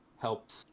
helped